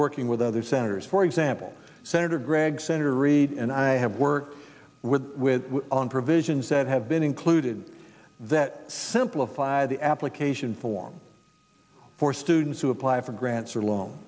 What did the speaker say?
working with other senators for example senator gregg senator reed and i have worked with on provisions that have been included that simplify the application form for students who apply for grants or lo